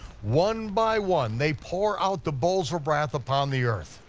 one by one, they pour out the bowls of wrath upon the earth.